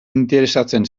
interesatzen